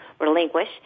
relinquish